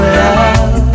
love